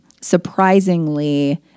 surprisingly